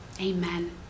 amen